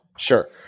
Sure